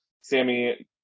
Sammy